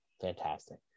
fantastic